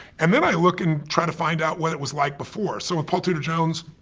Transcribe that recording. and then i look and try to find out what it was like before. so paul tudor jones,